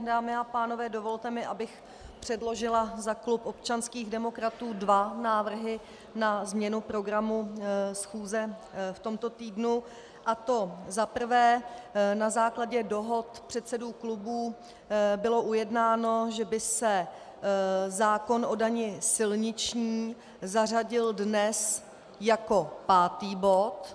Dámy a pánové, dovolte mi, abych předložila za klub občanských demokratů dva návrhy na změnu programu schůze v tomto týdnu, a to za prvé na základě dohod předsedů klubů bylo ujednáno, že by se zákon o dani silniční zařadil dnes jako pátý bod.